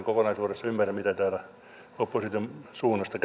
kokonaisuudessa ymmärrä keskustelua mitä täällä opposition suunnasta